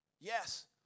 Yes